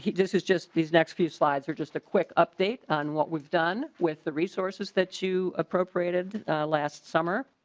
he does is just these next few slides are just a quick update on what we've done with the resources that to appropriated last summer.